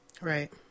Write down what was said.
Right